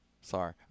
Sorry